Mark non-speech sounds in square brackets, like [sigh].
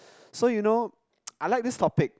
so you know [noise] I like this topic